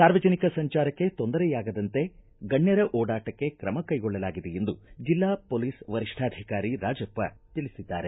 ಸಾರ್ವಜನಿಕ ಸಂಚಾರಕ್ಕೆ ತೊಂದರೆಯಾಗದಂತೆ ಗಣ್ಯರ ಓಡಾಟಕ್ಕೆ ತ್ರಮ ಕೈಗೊಳ್ಳಲಾಗಿದೆ ಎಂದು ಜಿಲ್ಲಾ ಪೊಲೀಸ್ ವರಿಷ್ಠಾಧಿಕಾರಿ ರಾಜಪ್ಪ ತಿಳಿಸಿದ್ದಾರೆ